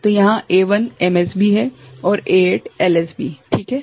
तो यहाँ A1 MSB है और A8 LSB ठीक है